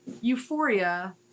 Euphoria